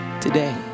today